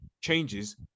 changes